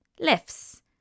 Lifts